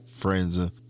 friends